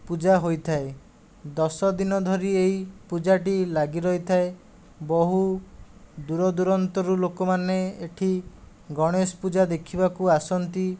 ପୂଜା ହୋଇଥାଏ ଦଶଦିନ ଧରି ଏହି ପୂଜାଟି ଲାଗି ରହିଥାଏ ବହୁ ଦୂରଦୂରାନ୍ତରୁ ଲୋକମାନେ ଏଇଠି ଗଣେଶପୂଜା ଦେଖିବାକୁ ଆସନ୍ତି